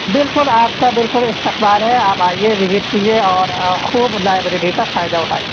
بالکل آپ کا بالکل استقبال ہے آپ آئیے وزٹ کیجیے اور خوب لائبریری کا فائدہ اٹھائیے